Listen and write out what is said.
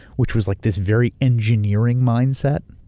which was like this very engineering mindset.